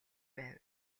байв